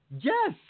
Yes